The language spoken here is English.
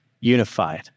unified